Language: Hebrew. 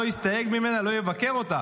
לא יסתייג ממנה ולא יבקר אותה.